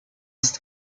ist